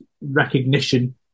recognition